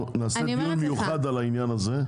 דיון מיוחד על העניין הזה.